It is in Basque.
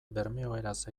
bermeoeraz